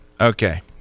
Okay